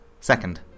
second